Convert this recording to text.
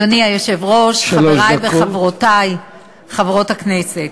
אדוני היושב-ראש, חברי וחברותי חברות הכנסת,